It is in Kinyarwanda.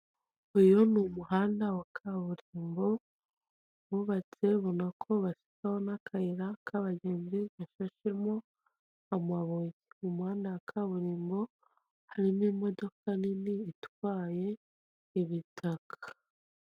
Uyu ni umuhanda wa kaburimbo bubatse ubonana ko bashyiramo n'akayira k'abagenzi gafashemo amabuye mu muhanda wa kaburimbo harimo imodoka nini itwaye ibitaka.